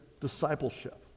discipleship